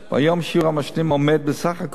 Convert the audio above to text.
והיום שיעור המעשנים הוא בסך הכול